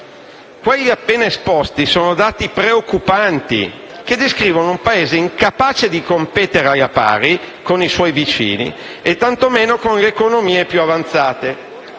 Quelli appena esposti sono dati preoccupanti, che descrivono un Paese incapace di competere alla pari con i suoi vicini e tanto meno con le economie più avanzate.